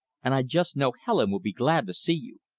an' i just know helen will be glad to see you.